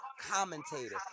commentator